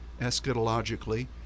eschatologically